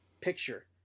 picture